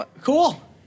Cool